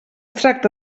tracta